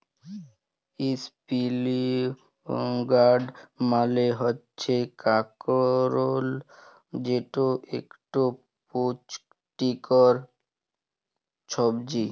ইসপিলই গাড় মালে হচ্যে কাঁকরোল যেট একট পুচটিকর ছবজি